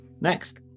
Next